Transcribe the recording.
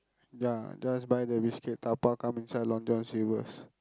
ya just buy the biscuit dabao come inside Long-John-Silvers